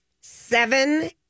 seven